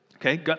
Okay